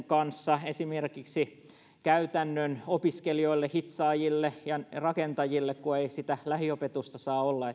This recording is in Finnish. kanssa esimerkiksi käytännön opiskelijoille hitsaajille ja rakentajille kun ei sitä lähiopetusta saa olla